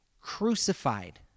crucified